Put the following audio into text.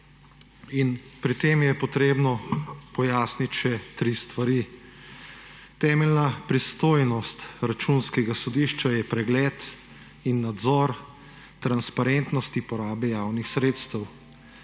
Pri tem je potrebno pojasniti še tri stvari. Temeljna pristojnost Računskega sodišča je pregled in nadzor transparentnosti porabe javnih sredstev,